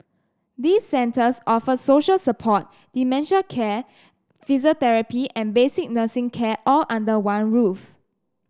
these centres offer social support dementia care physiotherapy and basic nursing care all under one roof